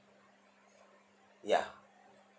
ya